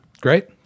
great